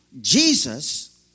Jesus